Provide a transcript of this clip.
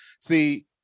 see